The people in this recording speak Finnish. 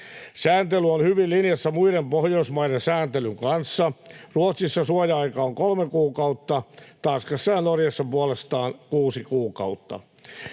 Sääntely on hyvin linjassa muiden Pohjoismaiden sääntelyn kanssa. Ruotsissa suoja-aika on kolme kuukautta, Tanskassa ja Norjassa puolestaan kuusi kuukautta.